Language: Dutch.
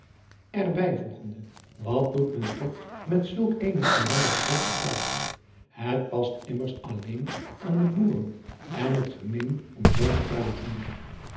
er bijvoegende at doet men toch met zulke eene ellendige platte taal et past immers alleen driaan oosjes zn et leven van illegonda uisman aan de boeren en het gemeen om zoo te praten